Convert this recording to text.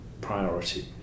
priority